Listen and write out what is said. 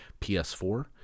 PS4